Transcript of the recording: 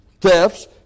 thefts